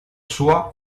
sua